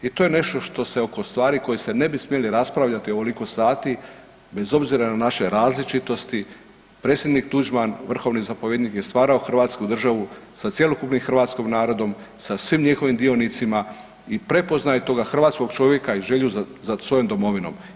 I to je nešto što se oko stvari koje se ne bi smjele raspravljati ovoliko sati bez obzira na naše različitosti, predsjednik Tuđman vrhovni zapovjednik je stvarao hrvatsku državu sa cjelokupnim hrvatskim narodom, sa svim njihovim dionicima i prepoznao je tog hrvatskog čovjeka i želju za svojom domovinom.